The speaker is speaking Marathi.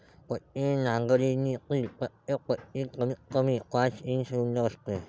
पट्टी नांगरणीतील प्रत्येक पट्टी कमीतकमी पाच इंच रुंद असते